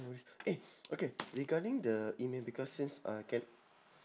no worries eh okay regarding the email because since uh K